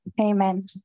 Amen